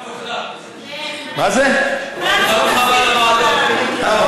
ברוך הבא למועדון.